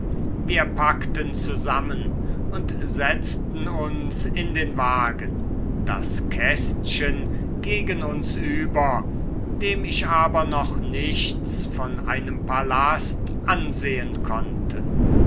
wir packten zusammen und setzten uns in den wagen das kästchen gegen uns über dem ich aber noch nichts von einem palast ansehen konnte